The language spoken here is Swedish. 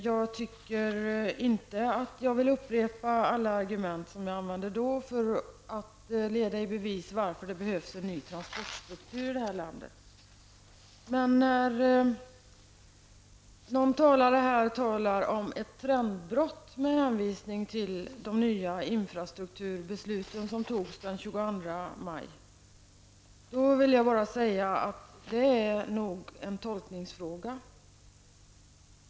Jag tycker inte att jag vill upprepa alla argument som jag använde då för att leda i bevis varför det behövs en ny transportstruktur här i landet. Någon talade här om ett trendbrott, med hänvisning till infrastrukturbesluten den 22 maj. Då vill jag bara säga att det nog är en tolkningsfråga.